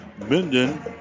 Minden